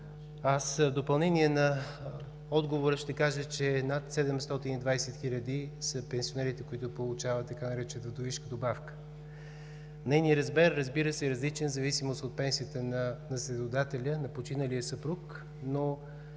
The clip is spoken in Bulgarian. В допълнение на отговора ще кажа, че над 7200 са пенсионерите, които получават така наречената „вдовишка добавка“. Нейният размер, разбира се, е различен в зависимост от пенсията на наследодателя, на починалия съпруг.